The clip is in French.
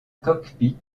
cockpit